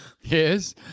Yes